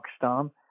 Pakistan